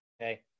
okay